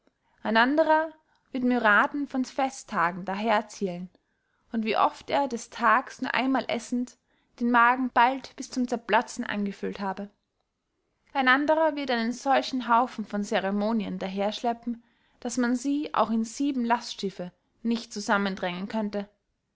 ein anderer wird myriaden von festtägen daher zählen und wie oft er des tags nur einmal essend den magen bald bis zum zerplatzen angefüllt habe ein anderer wird einen solchen haufen von ceremonien daher schleppen daß man sie auch in sieben lastschiffe nicht zusammendrängen könnte